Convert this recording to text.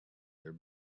their